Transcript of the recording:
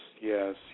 yes